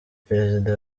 perezida